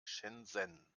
shenzhen